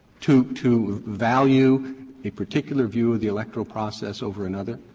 to to value a particular view of the electoral process over another?